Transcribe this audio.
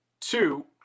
two